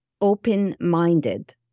open-minded